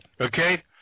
Okay